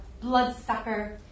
bloodsucker